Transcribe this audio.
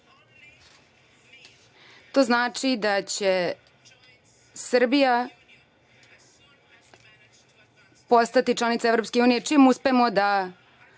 znači da će Srbija postati članica EU, čim uspemo da